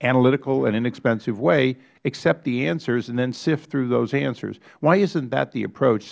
analytical and inexpensive way accept the answers and then sift through those answers why isn't that the approach